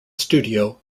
studio